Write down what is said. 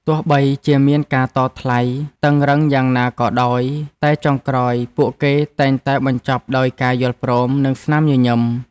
ទោះបីជាមានការតថ្លៃតឹងតែងយ៉ាងណាក៏ដោយតែចុងក្រោយពួកគេតែងតែបញ្ចប់ដោយការយល់ព្រម និងស្នាមញញឹម។